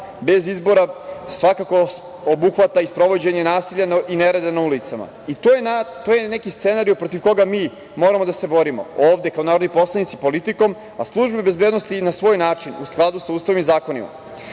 bez izbora svakako obuhvata i sprovođenje nasilja i nereda na ulicama i to je neki scenario protiv koga mi moramo da se borimo ovde, kao narodni poslanici politikom, a službe bezbednosti i na svoj način u skladu sa Ustavom i